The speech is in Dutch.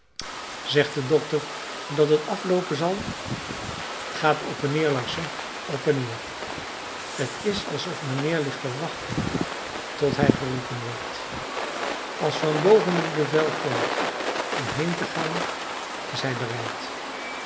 zegt de dokter dat het afloopen zal t gaat op en neer larsson op en neer t is alsof mijnheer ligt te wachten tot hij geroepen wordt als van boven t bevel komt om heen te gaan is hij bereid